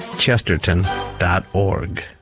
Chesterton.org